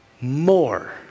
more